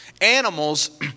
animals